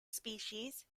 species